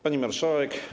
Pani Marszałek!